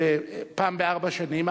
זה פעם בארבע שנים.